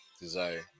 desire